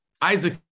Isaac